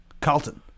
Carlton